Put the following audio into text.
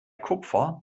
kupfer